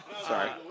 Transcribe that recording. Sorry